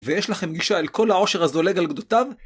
ויש לכם גישה אל כל העושר הזולג על גדותיו?